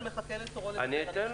אני טל